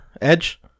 Edge